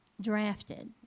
drafted